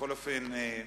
בכל אופן,